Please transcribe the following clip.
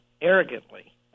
arrogantly